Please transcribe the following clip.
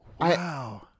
Wow